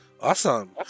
Awesome